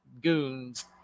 goons